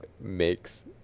makes